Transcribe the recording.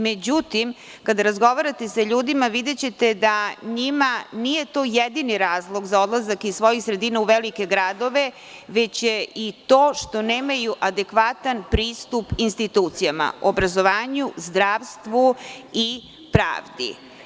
Međutim, kada razgovarate sa ljudima, videćete da njima to nije jedini razlog za odlazak iz svojih sredina u velike gradove, već je i to što nemaju adekvatan pristup institucijama, obrazovanju, zdravstvu i pravdi.